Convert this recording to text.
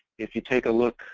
if you take a look.